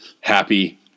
happy